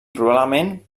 probablement